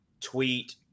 tweet